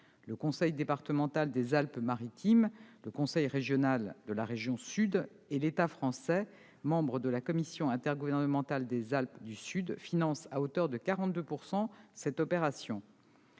Le conseil départemental des Alpes maritimes, le conseil régional de la région sud et l'État français, membres de la commission intergouvernementale des Alpes du Sud, financent à hauteur de 42 % cette opération.